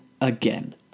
again